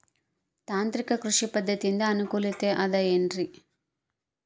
ತಾಂತ್ರಿಕ ಕೃಷಿ ಪದ್ಧತಿಯಿಂದ ಅನುಕೂಲತೆ ಅದ ಏನ್ರಿ?